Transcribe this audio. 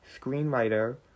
screenwriter